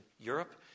Europe